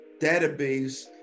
database